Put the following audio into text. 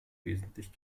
wesentlich